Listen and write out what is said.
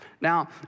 Now